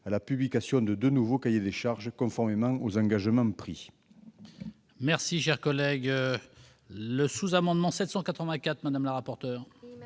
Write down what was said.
à la publication de deux nouveaux cahiers des charges, conformément aux engagements pris.